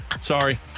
Sorry